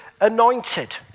anointed